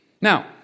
Now